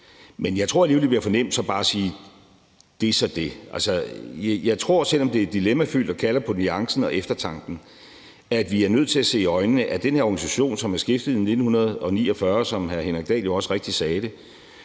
Men jeg tror alligevel, at det bliver for nemt bare at sige: Det er så det. Jeg tror, selv om det er dilemmafyldt og kalder på nuancen og eftertanken, at vi er nødt til at se i øjnene, at den her organisation, som er stiftet i 1949, som hr. Henrik Dahl jo også rigtigt sagde,